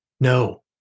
No